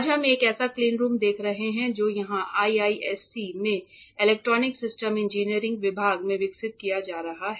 आज हम एक ऐसा क्लीनरूम देख रहे हैं जो यहां IISC में इलेक्ट्रॉनिक सिस्टम इंजीनियरिंग विभाग में विकसित किया जा रहा है